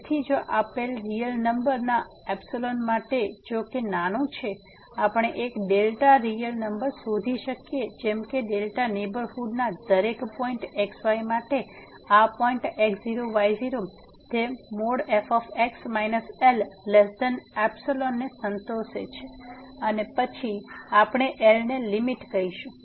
તેથી જો આપેલ રીઅલ નંબરના એપ્સીલોન માટે જો કે નાનું છે આપણે એક રીઅલ નંબર શોધી શકીએ છીએ જેમ કે નેહબરહુડ ના દરેક પોઈન્ટx y માટે આ પોઈન્ટ x0 y0 તે fx Lϵ ને સંતોષે છે અને પછી આપણે L ને લીમીટ કહીશું